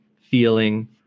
feeling